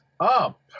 up